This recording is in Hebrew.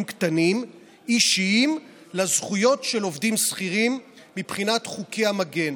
קטנים אישיים לזכויות של עובדים שכירים מבחינת חוקי המגן.